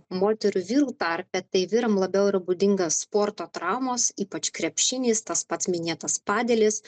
moterų vyrų tarpe tai vyram labiau yra būdinga sporto traumos ypač krepšinis tas pats minėtas padelis